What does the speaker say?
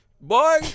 boy